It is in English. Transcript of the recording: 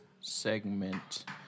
segment